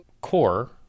Core